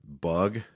bug